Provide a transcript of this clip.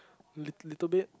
little little bit